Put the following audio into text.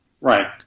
Right